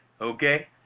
okay